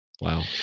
Wow